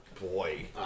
boy